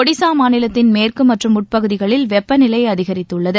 ஒடிசா மாநிலத்தின் மேற்கு மற்றும் உட்பகுதிகளில் வெப்பநிலை அதிகரித்துள்ளது